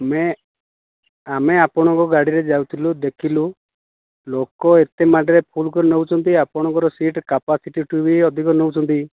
ଆମେ ଆମେ ଆପଣ ଙ୍କ ଗାଡ଼ିରେ ଯାଉଥିଲୁ ଦେଖିଲୁ ଲୋକ ଏତେ ମାତ୍ରା ରେ ଫୁଲ କରିକି ନେଉଛନ୍ତି ଆପଣଙ୍କ ସିଟ୍ କାପାସିଟିଠୁ ବି ଅଧିକ ନେଉଛନ୍ତି